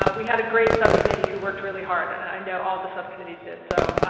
ah we had a great subcommittee who worked really hard. i know all the subcommittees did. so,